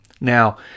Now